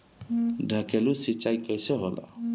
ढकेलु सिंचाई कैसे होला?